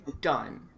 done